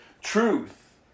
truth